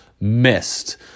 missed